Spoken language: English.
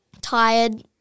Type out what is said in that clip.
tired